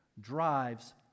drives